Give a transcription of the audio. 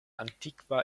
antikva